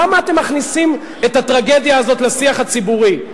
למה אתם מכניסים את הטרגדיה הזאת לשיח הציבורי?